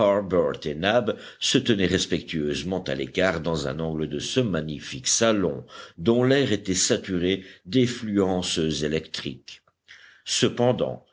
se tenaient respectueusement à l'écart dans un angle de ce magnifique salon dont l'air était saturé d'effluences électriques cependant